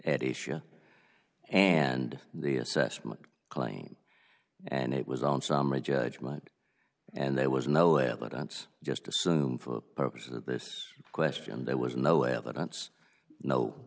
issue and the assessment claim and it was on summary judgement and there was no evidence just assume for the purposes of this question there was no evidence no